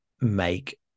make